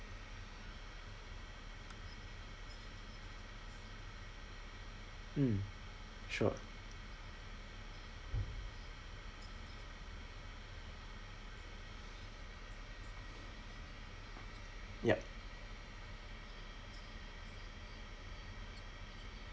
mm sure ya